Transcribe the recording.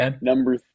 number